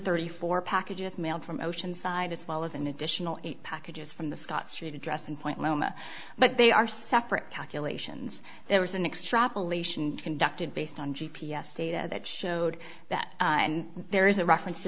thirty four packages mailed from oceanside as well as an additional eight packages from the scott street address and point loma but they are separate calculations there was an extrapolation conducted based on g p s data that showed that and there is a reference to